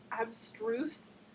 abstruse